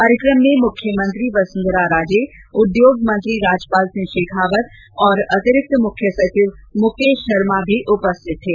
कार्यक्रम में मुख्यमंत्री वेसुंधरा राजे उद्योग मंत्री राजपाल सिंह शेखावत और अतिरिक्त मुख्य सचिव मुकेष शर्मा भी उपस्थित थे